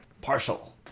partial